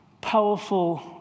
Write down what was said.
powerful